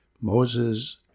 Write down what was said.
Moses